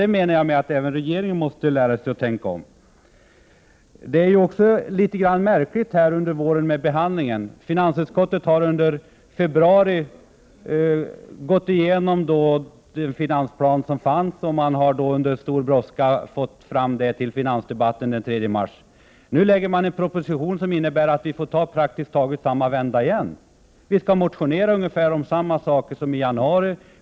Jag menar alltså att även regeringen måste lära sig att tänka om. Behandlingen av ärenden har under våren varit något märklig. Finansutskottet har under februari gått igenom finansplanen och har under stor brådska fått fram materialet till finansdebatten den 3 mars. Nu lägger regeringen fram en proposition som innebär att vi får göra praktiskt taget samma arbete en gång till. Vi får motionera om ungefär samma saker som i januari.